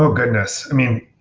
so goodness. i mean,